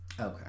Okay